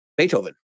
Beethoven